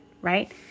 right